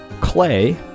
Clay